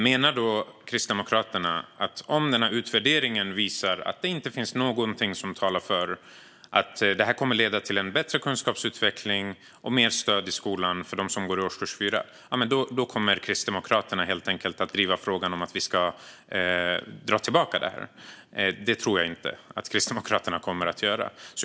Menar Kristdemokraterna att om utvärderingen visar att inget talar för att detta kommer att leda till en bättre kunskapsutveckling och mer stöd i skolan för dem som går i årskurs 4 kommer Kristdemokraterna att driva frågan att detta ska dras tillbaka? Jag tror inte att Kristdemokraterna kommer att göra det.